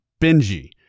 benji